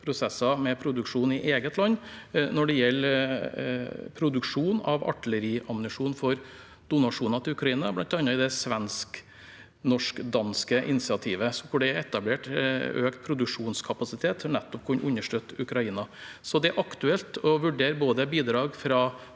prosesser i eget land når det gjelder produksjon av artilleriammunisjon for donasjoner til Ukraina, bl.a. i det svensk-norsk-danske initiativet hvor det er etablert økt produksjonskapasitet som nettopp kan understøtte Ukraina. Det er aktuelt å vurdere bidrag både fra